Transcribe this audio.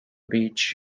beach